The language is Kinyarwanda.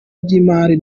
by’imari